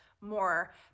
more